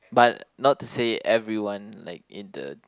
but not to say everyone like in the